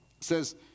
says